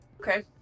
Okay